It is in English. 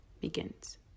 begins